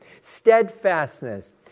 Steadfastness